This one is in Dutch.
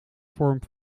vorm